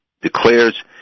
declares